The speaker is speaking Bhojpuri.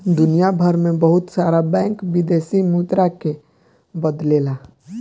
दुनियभर में बहुत सारा बैंक विदेशी मुद्रा के बदलेला